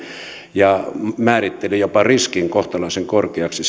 ja määritteli jopa riskin kohtalaisen korkeaksi